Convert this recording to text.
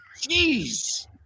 Jeez